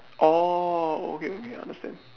orh okay okay I understand